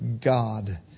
God